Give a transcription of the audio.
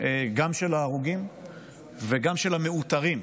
גם של ההרוגים וגם של המעוטרים.